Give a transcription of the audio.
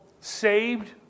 saved